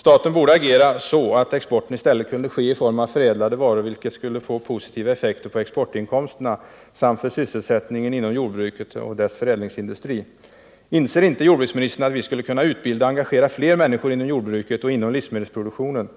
Staten borde agera så att exporten i stället kunde ske i form av förädlade varor, vilket skulle få positiva effekter på exportinkomsterna samt för sysselsättningen inom jordbruket och dess förädlingsindustri. Inser inte jordbruksministern att vi skulle kunna utbilda och engagera fler människor inom jordbruket och inom livsmedelsproduktionen?